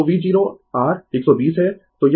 तो V0 r 120 है